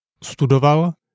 Studoval